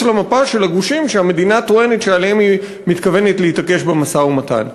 למפה של הגושים שהמדינה טוענת שעליהם היא מתכוונת להתעקש במשא-ומתן?